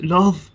Love